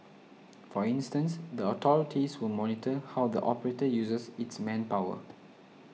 for instance the authorities will monitor how the operator uses its manpower